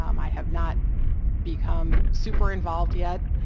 um i have not become super involved yet,